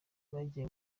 bagiye